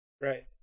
Right